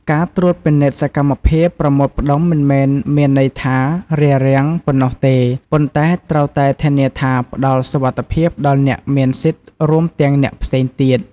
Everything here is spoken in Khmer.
ការត្រួតពិនិត្យសកម្មភាពប្រមូលផ្តុំមិនមែនមានន័យថា "រារាំង" ប៉ុណ្ណោះទេ ប៉ុន្តែត្រូវតែធានាថាផ្តល់សុវត្ថិភាពដល់អ្នកមានសិទ្ធិ រួមទាំងអ្នកផ្សេងទៀត។